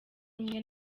rumwe